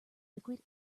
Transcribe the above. liquid